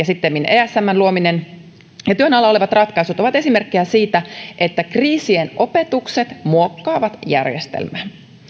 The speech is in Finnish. sittemmin esmn luominen ja työn alla olevat ratkaisut ovat esimerkkejä siitä että kriisien opetukset muokkaavat järjestelmää